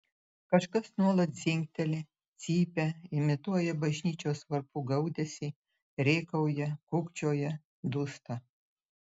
kažkas nuolat dzingteli cypia imituoja bažnyčios varpų gaudesį rėkauja kūkčioja dūsta